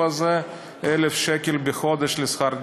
הזה של 1,000 שקלים בחודש לשכר דירה.